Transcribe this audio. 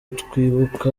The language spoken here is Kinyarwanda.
twibuka